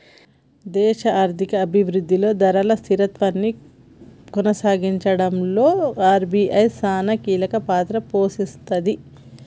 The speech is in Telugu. దేశ ఆర్థిక అభిరుద్ధిలో ధరల స్థిరత్వాన్ని కొనసాగించడంలో ఆర్.బి.ఐ చానా కీలకపాత్ర పోషిస్తది